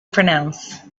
pronounce